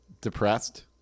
Depressed